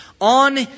on